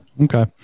Okay